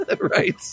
right